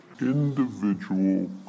Individual